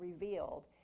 revealed